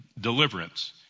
deliverance